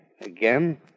Again